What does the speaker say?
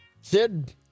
Sid